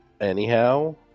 Anyhow